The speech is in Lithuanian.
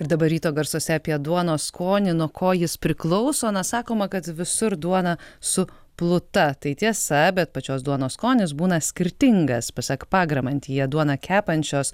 ir dabar ryto garsuose apie duonos skonį nuo ko jis priklauso na sakoma kad visur duona su pluta tai tiesa bet pačios duonos skonis būna skirtingas pasak pagramantyje duoną kepančios